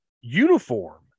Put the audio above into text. uniform